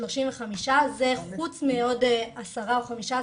דנים על חיבור החשמל של כל כך הרבה מבנים לא חוקיים,